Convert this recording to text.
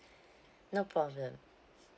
no problem